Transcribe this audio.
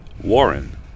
Warren